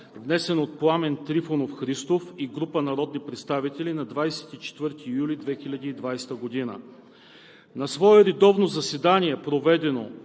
внесен от Пламен Трифонов Христов и група народни представители на 24 юли 2020 г. На свое редовно заседание, проведено